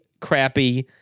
crappy